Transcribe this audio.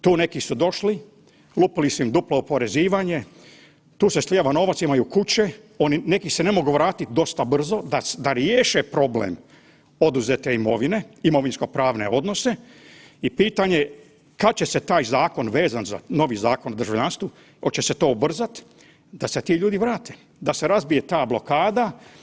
Tu neki su došli, lupili su im duplo oporezivanje, tu se slijeva novac, imaju kuće, oni, neki se ne mogu vratiti dosta brzo da riješe problem oduzete imovine, imovinsko-pravne odnose i pitanje kad će se taj zakon vezan, novi zakon o državljanstvu hoće se to ubrzat da se ti ljudi vrate, da se razbije ta blokada.